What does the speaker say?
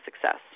success